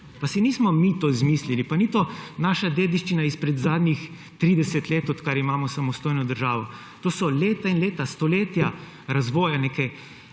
Pa si nismo mi to izmislili, pa ni to naša dediščina izpred zadnjih 30 let, odkar imamo samostojno državo. To so leta in leta, stoletja razvoja neke